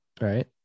Right